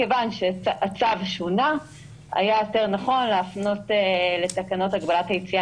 מכיוון שהצו שונה היה יותר נכון להפנות לתקנות הגבלת יציאה